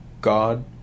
God